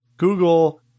Google